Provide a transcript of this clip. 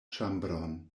ĉambron